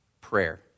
prayer